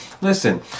Listen